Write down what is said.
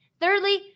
Thirdly